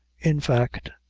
in fact,